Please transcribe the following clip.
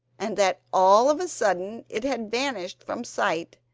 and that all of a sudden it had vanished from sight,